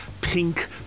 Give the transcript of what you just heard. pink